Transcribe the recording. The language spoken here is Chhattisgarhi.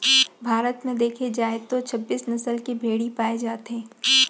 भारत म देखे जाए तो छब्बीस नसल के भेड़ी पाए जाथे